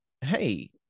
Hey